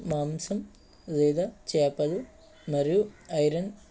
మాంసం లేదా చేపలు మరియు ఐరన్